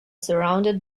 surrounded